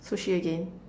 sushi again